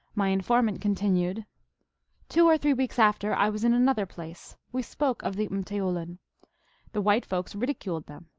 my informant continued two or three weeks after i was in another place. we spoke of the mteoulin. the white folks ridi culed them.